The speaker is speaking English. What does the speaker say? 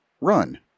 run